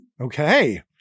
Okay